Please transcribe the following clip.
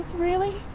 really,